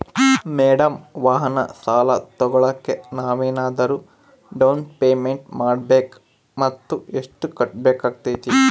Madam ವಾಹನ ಸಾಲ ತೋಗೊಳೋಕೆ ನಾವೇನಾದರೂ ಡೌನ್ ಪೇಮೆಂಟ್ ಮಾಡಬೇಕಾ ಮತ್ತು ಎಷ್ಟು ಕಟ್ಬೇಕಾಗ್ತೈತೆ?